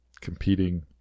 competing